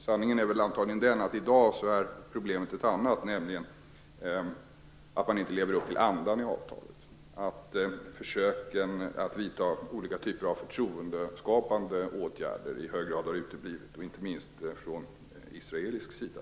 Sanningen är antagligen den att problemet i dag är ett annat, nämligen att man inte lever upp till andan i avtalet, att försöken att vidta olika typer av förtroendeskapande åtgärder har uteblivit, inte minst från israelisk sida.